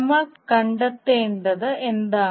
നമ്മൾ കണ്ടെത്തേണ്ടത് എന്താണ്